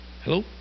Hello